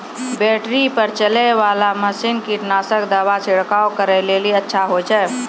Battery पर चलै वाला मसीन कीटनासक दवा छिड़काव करै लेली अच्छा होय छै?